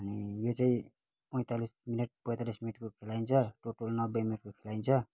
अनि यो चाहिँ पैँतालिस मिनट पैँलातिस मिनटको खेलाइन्छ टोटल नब्बे मिनटको खेलाइन्छ